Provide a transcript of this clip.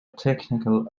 technical